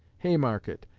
haymarket,